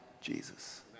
Jesus